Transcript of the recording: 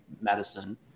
medicine